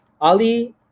Ali